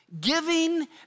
Giving